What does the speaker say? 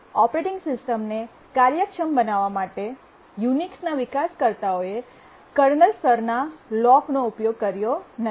operating સિસ્ટમને કાર્યક્ષમ બનાવવા માટે યુનિક્સના વિકાસકર્તાઓએ કર્નલ સ્તરના લોક નો ઉપયોગ કર્યો નથી